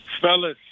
Fellas